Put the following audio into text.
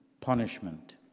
punishment